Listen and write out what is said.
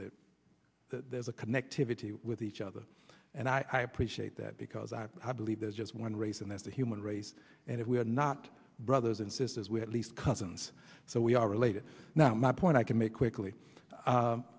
that there's a connectivity with each other and i appreciate that because i believe there's just one race and that's the human race and if we are not brothers and sisters we at least cousins so we are related now my point i can make quickly